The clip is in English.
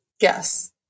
Yes